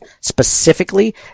specifically